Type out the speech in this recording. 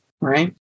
right